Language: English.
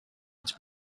its